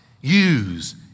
use